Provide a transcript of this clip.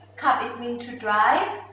kind of is mean to drive.